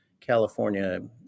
California